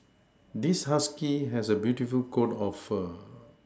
this husky has a beautiful coat of fur